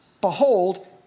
Behold